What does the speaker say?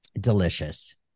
delicious